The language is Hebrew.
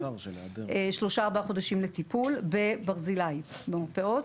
ושלושה-ארבעה חודשים לטיפול בברזילי במרפאות.